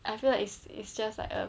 I feel like it's it's just like a